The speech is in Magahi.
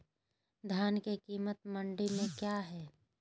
धान के कीमत मंडी में क्या है?